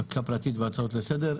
חקיקה פרטית והצעות לסדר.